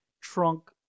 trunk